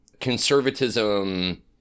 conservatism